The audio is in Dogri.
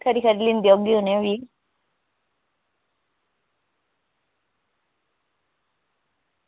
खरी खरी लैंदी औगी उनेंगी बी